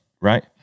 right